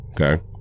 Okay